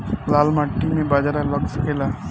लाल माटी मे बाजरा लग सकेला?